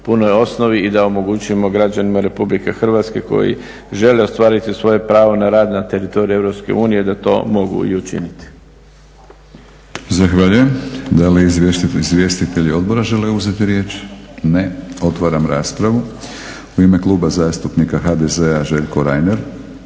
punoj osnovi i da omogućimo građanima RH koji žele ostvariti svoje pravo na rad na teritoriju EU da to mogu i učiniti. **Batinić, Milorad (HNS)** Zahvaljujem. Da li izvjestitelji odbora žele uzeti riječ? Ne. Otvaram raspravu. U ime Kluba zastupnika HDZ-a, Željko Reiner.